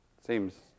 Seems